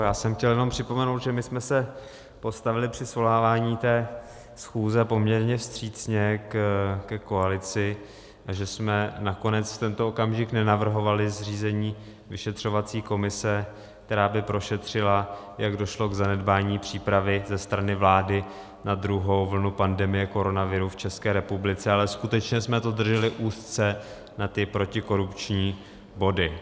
Já jsem chtěl jenom připomenout, že my jsme se postavili při svolávání té schůze poměrně vstřícně ke koalici a že jsme nakonec tento okamžik nenavrhovali zřízení vyšetřovací komise, která by prošetřila, jak došlo k zanedbání přípravy ze strany vlády na druhou vlnu pandemie koronaviru v České republice, ale skutečně jsme to drželi úzce na ty protikorupční body.